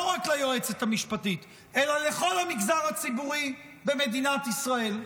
לא רק ליועצת המשפטית אלא לכל המגזר הציבורי במדינת ישראל.